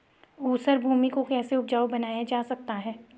ऊसर भूमि को कैसे उपजाऊ बनाया जा सकता है?